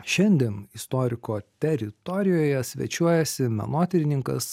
šiandien istoriko teritorijoje svečiuojasi menotyrininkas